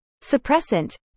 suppressant